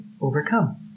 overcome